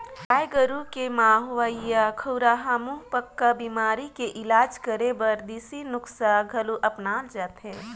गाय गोरु के म होवइया खुरहा मुहंपका बेमारी के इलाज करे बर देसी नुक्सा घलो अपनाल जाथे